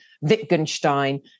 Wittgenstein